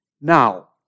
now